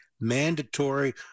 mandatory